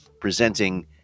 presenting